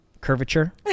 curvature